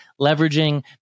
leveraging